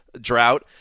drought